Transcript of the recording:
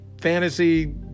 Fantasy